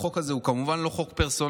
החוק הזה הוא כמובן לא חוק פרסונלי,